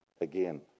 Again